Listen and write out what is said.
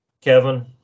Kevin